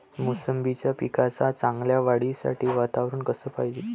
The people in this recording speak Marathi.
मोसंबीच्या पिकाच्या चांगल्या वाढीसाठी वातावरन कस पायजे?